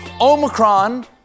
Omicron